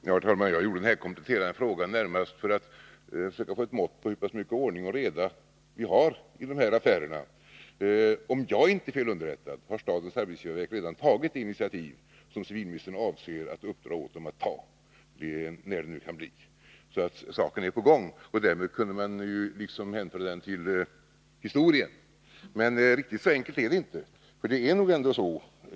Herr talman! Jag ställde den kompletterande frågan närmast för att försöka få ett mått på hur mycket ordning och reda vi har i de här affärerna. Om jag inte är fel underrättad har statens arbetsgivarverk redan tagit det initiativ som civilministern avser att uppdra åt det att ta, när det nu kan bli. Saken är alltså på gång. Därmed kunde man kanske hänföra den till historien, men riktigt så enkelt är det inte.